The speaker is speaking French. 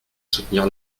soutenir